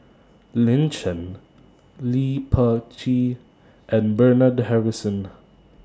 Lin Chen Lee Peh Gee and Bernard Harrison